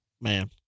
Man